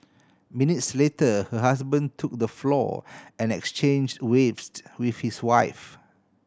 minutes later her husband took the floor and exchange wavesed with his wife